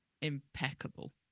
impeccable